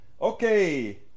Okay